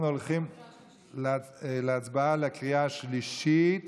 אנחנו הולכים להצבעה בקריאה השלישית